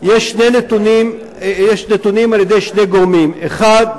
יש נתונים של שני גורמים: אחד,